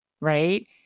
right